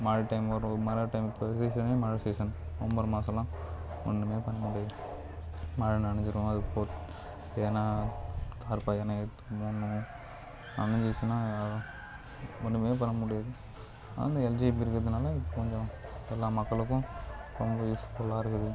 மழை டைம் வரும் மழை டைம் இப்போ சீசனே மழை சீசன் நவம்பர் மாதம்லாம் ஒன்றுமே பண்ண முடியாது மழை நனஞ்சிரும் அது போட் எதனா தார்ப்பாய் எதனா எடுத்து மூடணும் நனஞ்சிடுச்சின்னா ஒன்றுமே பண்ண முடியாது ஆனால் இந்த எல்ஜிபி இருக்கிறதுனால கொஞ்சம் எல்லா மக்களுக்கும் ரொம்ப யூஸ்ஃபுல்லாக இருக்குது